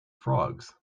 frogs